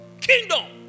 Kingdom